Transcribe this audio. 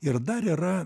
ir dar yra